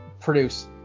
produce